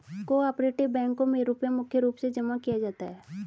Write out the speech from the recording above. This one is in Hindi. को आपरेटिव बैंकों मे रुपया मुख्य रूप से जमा किया जाता है